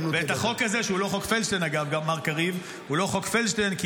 חומר שהוא רוצה, מה שהוא רוצה.